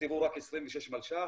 תוקצבו רק 26 מיליון שקל